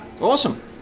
Awesome